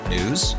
News